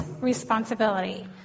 responsibility